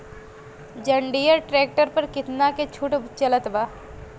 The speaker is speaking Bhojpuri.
जंडियर ट्रैक्टर पर कितना के छूट चलत बा?